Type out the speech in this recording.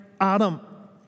Adam